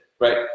right